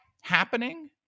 happening